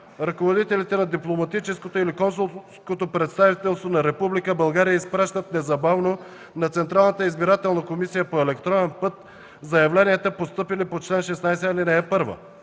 Ръководителите на дипломатическото или консулското представителство на Република България изпращат незабавно на Централната избирателна комисия по електронен път заявленията, постъпили по чл. 16, ал. 1.